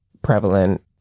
prevalent